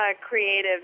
creative